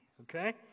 okay